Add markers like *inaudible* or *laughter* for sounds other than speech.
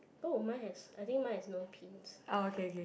oh mine has I think mine has no paints *breath*